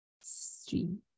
stream